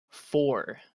four